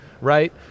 right